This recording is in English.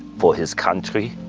for his country.